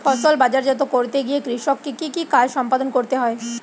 ফসল বাজারজাত করতে গিয়ে কৃষককে কি কি কাজ সম্পাদন করতে হয়?